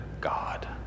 God